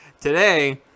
Today